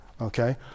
okay